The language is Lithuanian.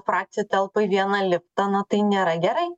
frakcija telpa į vieną liftą nu tai nėra gerai